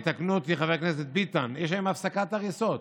תקנו אותי, חבר הכנסת ביטן, יש היום הפסקת הריסות?